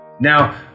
Now